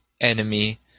enemy